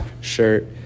shirt